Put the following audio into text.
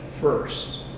first